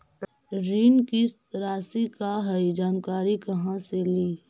ऋण किस्त रासि का हई जानकारी कहाँ से ली?